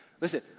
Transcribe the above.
listen